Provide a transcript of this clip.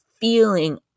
feeling